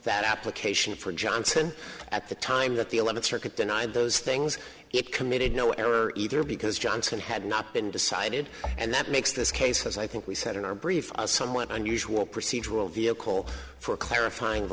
that application for johnson at the time that the eleventh circuit denied those things it committed no error either because johnson had not been decided and that makes this case as i think we said in our brief somewhat unusual procedural vehicle for clarifying the